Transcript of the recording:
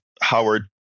Howard